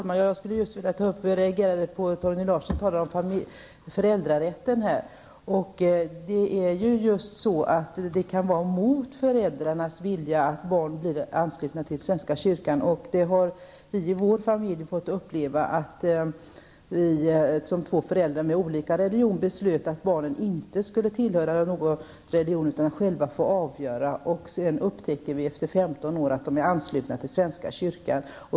Herr talman! Jag reagerade när Torgny Larsson talade om föräldrarätten. Det kan just var emot föräldrarnas vilja att barnen blivit anslutna till svenska kyrkan. Vi har i vår familj fått uppleva det. Våra föräldrar, som tilhör olika religioner, beslutade att barnen inte skulle tillhöra någon religion utan skulle själva få avgöra. Efter 15 år upptäckte vi att barnen var anslutna till svenska kyrkan.